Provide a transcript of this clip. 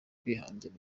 kwihangira